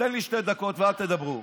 תן לי שתי דקות ואל תדברו.